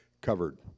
covered